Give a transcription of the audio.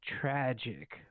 tragic